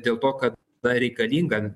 dėl to kad ta reikalinga